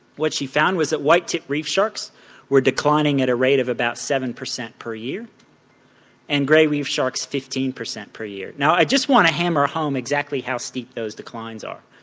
what she found was that white tipped reef sharks were declining at a rate of about seven percent per year and grey reef sharks fifteen percent per year. now i just want to hammer home exactly how steep those declines are.